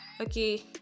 okay